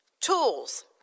tools